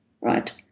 right